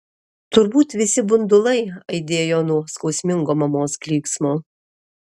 turbūt visi bundulai aidėjo nuo skausmingo mamos klyksmo